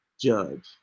judge